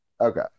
Okay